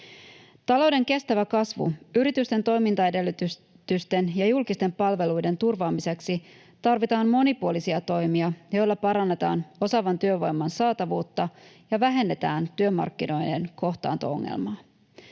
Talouden kestävän kasvun, yritysten toimintaedellytysten ja julkisten palveluiden turvaamiseksi tarvitaan monipuolisia toimia, joilla parannetaan osaavan työvoiman saatavuutta ja vähennetään työmarkkinoiden kohtaanto- ongelmaa.